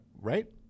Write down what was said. right